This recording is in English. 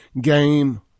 game